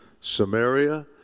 Samaria